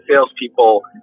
salespeople